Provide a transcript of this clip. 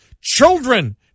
children